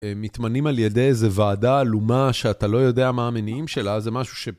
מתמנים על ידי איזה ועדה עלומה, שאתה לא יודע מה המניעים שלה, זה משהו ש...